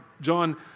John